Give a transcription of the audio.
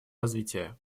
развития